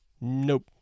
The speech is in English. Nope